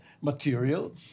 material